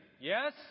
Yes